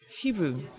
Hebrew